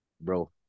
bro